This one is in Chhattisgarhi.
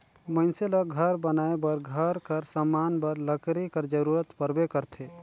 मइनसे ल घर बनाए बर, घर कर समान बर लकरी कर जरूरत परबे करथे